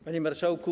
Panie Marszałku!